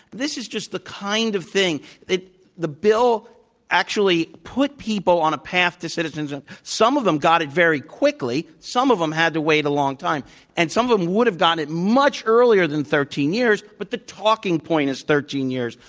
this is just the kind of thing the bill actually put people on a path to citizenship. some of them got it very quickly. some of them had to wait a long time and some of them would've gotten it much earlier than thirteen years, but the talking point is thirteen years.